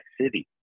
city